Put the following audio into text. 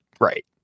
right